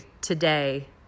today